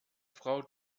frau